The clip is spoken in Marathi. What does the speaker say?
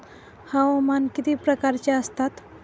हवामान किती प्रकारचे असतात?